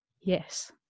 Yes